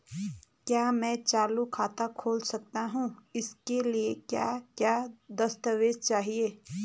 क्या मैं चालू खाता खोल सकता हूँ इसके लिए क्या क्या दस्तावेज़ चाहिए?